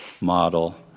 model